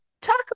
talk